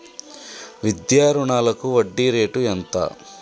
విద్యా రుణాలకు వడ్డీ రేటు ఎంత?